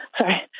sorry